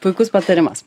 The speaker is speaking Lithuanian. puikus patarimas